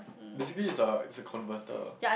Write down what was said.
basically it's a it's a converter